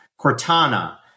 Cortana